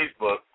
Facebook